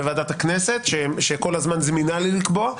וועדת הכנסת כל הזמן זמינה לקבוע,